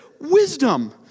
wisdom